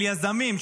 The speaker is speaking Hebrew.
של יזמים,